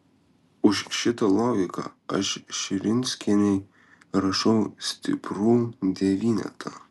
už šitą logiką aš širinskienei rašau stiprų devynetą